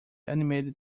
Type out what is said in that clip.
animated